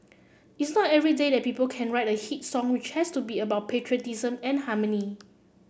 it's not every day that people can write a hit song which has to be about patriotism and harmony